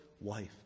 wife